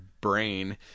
brain